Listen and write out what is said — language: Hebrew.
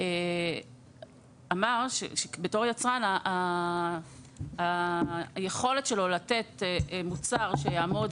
אמר שכיצרן היכולת שלו לתת מוצר שיעמוד